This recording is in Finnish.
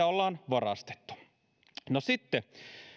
ollaan varastettu no sitten